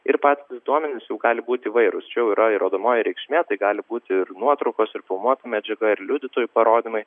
ir patys duomenys jau gali būti įvairūs čia jau yra įrodomoji reikšmė tai gali būti ir nuotraukos ir filmuota medžiaga ir liudytojų parodymai